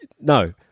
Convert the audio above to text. no